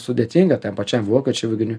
sudėtinga tam pačiam vokiečių aviganiui